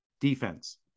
defense